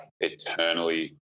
eternally